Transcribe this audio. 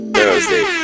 Thursday